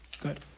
Good